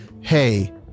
hey